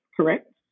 correct